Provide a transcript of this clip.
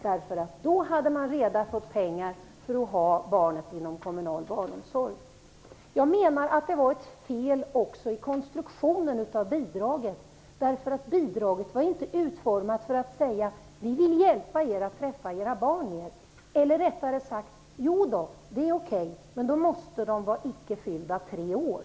Då hade föräldrarna redan fått pengar för att ha barnet inom den kommunala barnomsorgen. Jag menar att det var ett fel också i konstruktionen av bidraget. Bidraget var inte utformat som en hjälp till föräldrarna att träffa sina barn mer. Eller rättare sagt: Det var det, men då får barnen inte ha fyllt tre år.